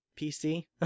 PC